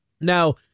Now